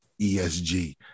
ESG